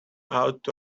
out